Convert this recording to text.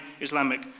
Islamic